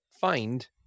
find